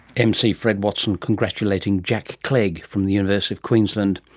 mc fred watson congratulating jack clegg from the university of queensland.